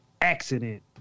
accident